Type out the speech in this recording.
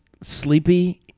sleepy